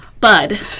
bud